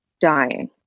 dying